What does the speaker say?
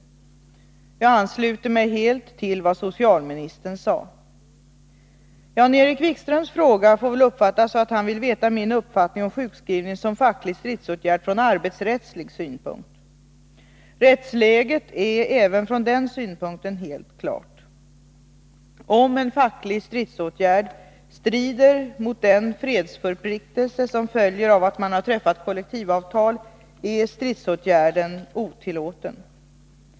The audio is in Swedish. Jag ansluter mig helt till vad socialministern sade. Jan-Erik Wikströms fråga får väl uppfattas så att han vill veta min uppfattning om sjukskrivning som facklig stridsåtgärd från arbetsrättslig synpunkt. Rättsläget är även från den synpunkten helt klart. Om en facklig stridsåtgärd strider mot den fredsförpliktelse som följer av att man har träffat kollektivavtal är stridsåtgärden otillåten.